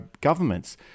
governments